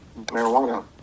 marijuana